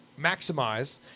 maximize